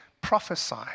prophesy